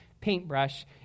paintbrush